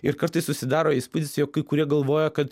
ir kartais susidaro įspūdis jog kai kurie galvoja kad